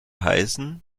heißen